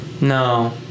No